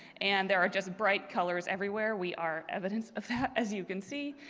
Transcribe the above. and there are just bright colors everywhere. we are evidence of that as you can see.